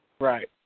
Right